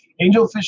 Angelfish